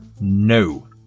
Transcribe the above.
No